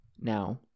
now